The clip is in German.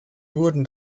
wurden